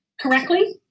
correctly